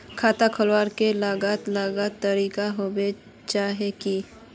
खाता खोले के अलग अलग तरीका होबे होचे की?